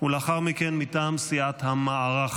ולאחר מכן מטעם סיעת המערך.